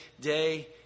day